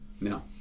No